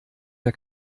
der